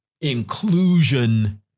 inclusion